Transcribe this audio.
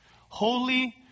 holy